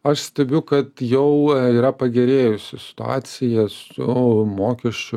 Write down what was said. aš stebiu kad jau yra pagerėjusi situacija su mokesčių